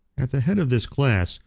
at the head of this class,